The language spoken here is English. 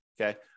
okay